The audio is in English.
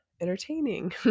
entertaining